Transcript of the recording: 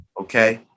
okay